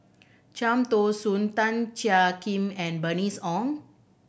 Cham Tao Soon Tan Jiak Kim and Bernice Ong